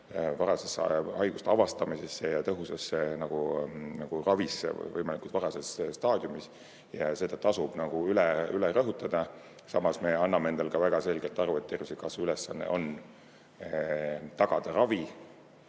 varasesse haiguste avastamisesse ja tõhusasse nagu ravisse võimalikult varases staadiumis, ja seda tasub üle rõhutada. Samas me anname endale ka väga selgelt aru, et tervisekassa ülesanne on tagada ravi